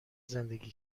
زندگی